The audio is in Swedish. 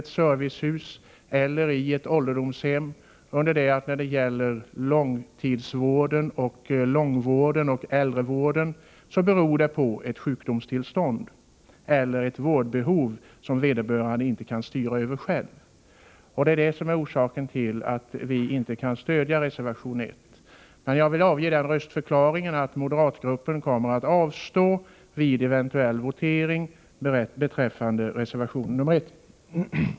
ett servicehus eller ett ålderdomshem. Långvården och äldrevården gäller ett sjukdomstillstånd eller ett vårdbehov som vederbörande inte kan styra över själv. Detta är orsaken till att vi inte kan stödja reservation 1. Jag vill dock avge röstförklaringen att moderata samlingspartiet kommer att avstå vid en eventuell votering beträffande reservation 1.